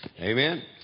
Amen